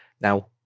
now